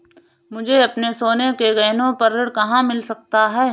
मुझे अपने सोने के गहनों पर ऋण कहाँ मिल सकता है?